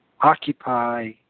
occupy